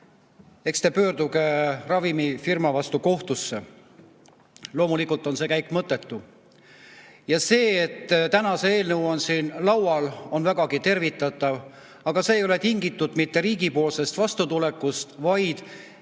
eks te pöörduge ravimifirma vastu kohtusse. Loomulikult on see käik mõttetu. Ja see, et täna on see eelnõu siin laual, on vägagi tervitatav. Aga see ei ole tingitud mitte riigi vastutulekust, vaid